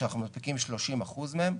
שאנחנו מנפיקים 30% מהם,